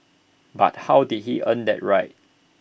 but how did he earn that right